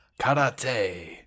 karate